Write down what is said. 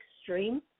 extreme